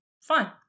Fine